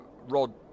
Rod